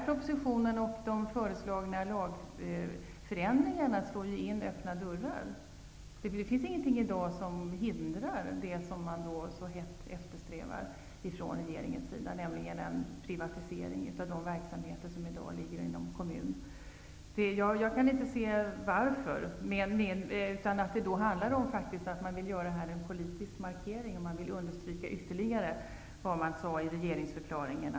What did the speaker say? Propositionen och de föreslagna lagändringarna innebär att öppna dörrar slås in. Det finns inte i dag några hinder för det som regeringen så hett eftersträvar, nämligen en privatisering av de verksamheter som i dag ligger på kommunerna. Jag kan inte se varför regeringen lägger fram detta förslag, förutom att det skulle handla om en politisk markering, att man ytterligare vill understryka vad som sades i regeringsförklaringen.